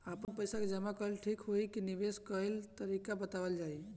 आपन पइसा के जमा कइल ठीक होई की निवेस कइल तइका बतावल जाई?